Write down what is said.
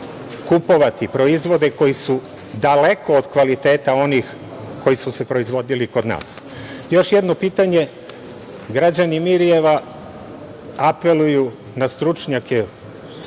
kupovati proizvode koji su daleko od kvaliteta onih koji su se proizvodili kod nas? Još jedno pitanje. Građani Mirijeva apeluju na stručnjake u